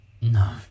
No